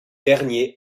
dernier